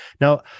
Now